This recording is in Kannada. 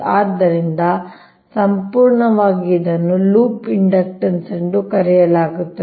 ಆದ್ದರಿಂದ ಸಂಪೂರ್ಣವಾಗಿ ಇದನ್ನು ಲೂಪ್ ಇಂಡಕ್ಟನ್ಸ್ ಎಂದು ಕರೆಯಲಾಗುತ್ತದೆ